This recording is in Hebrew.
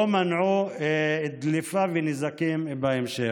לא מנעו דליפה ונזקים בהמשך.